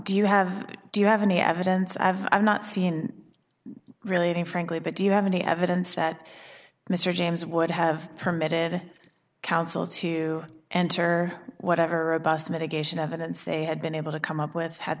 do you have do you have any evidence i've not seen relating frankly but do you have any evidence that mr james would have permitted counsel to enter whatever abbas mitigation evidence they had been able to come up with had